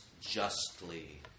justly